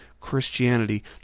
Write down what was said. Christianity